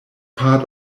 part